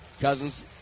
Cousins